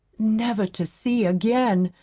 never to see again,